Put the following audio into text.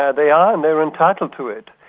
yeah they are and they're entitled to it,